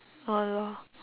!hannor!